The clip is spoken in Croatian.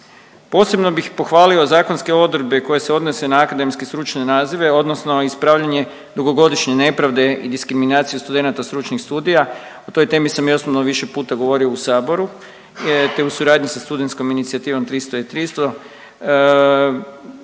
Posebno bih pohvalio zakonske odredbe koje se odnose na akademske stručne nazive, odnosno ispravljanje dugogodišnje nepravde i diskriminaciju studenata stručnih studija. O toj temi sam i osobno više puta govorio u Saboru te u suradnji sa studenskom inicijativom 300